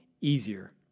easier